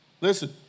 Listen